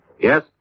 Yes